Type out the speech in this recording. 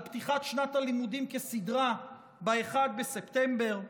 פתיחת שנת הלימודים כסדרה ב-1 בספטמבר,